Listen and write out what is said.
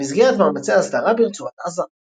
במסגרת מאמצי ההסדרה ברצועת עזה.